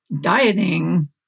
dieting